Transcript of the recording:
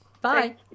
Bye